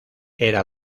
era